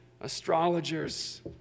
astrologers